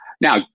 Now